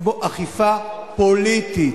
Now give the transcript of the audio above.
כמו אכיפה פוליטית.